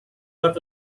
but